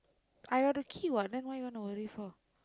I got the key what the why you want to worry for